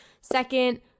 Second